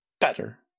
better